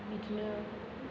बिदिनो